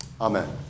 Amen